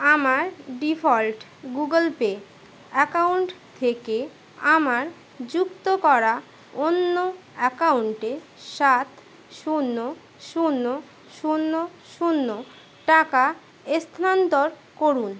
আমার default Google Pay account থেকে আমার যুক্ত করা অন্য অ্যাকাউন্টে সাত শূন্য শূন্য শূন্য শূন্য টাকা স্থানান্তর করুন